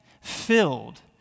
filled